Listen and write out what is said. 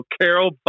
Carol